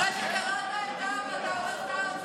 אחרי שקרעת את העם ואתה הורס הארץ,